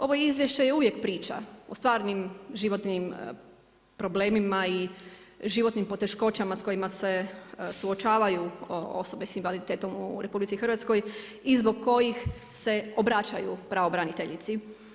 Ovo izvješće je uvijek priča o stvarnim životnim problemima i životnim poteškoćama s kojima se suočavaju osobe sa invaliditetom u RH i zbog kojih se obraćaju pravobraniteljici.